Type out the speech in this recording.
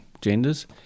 genders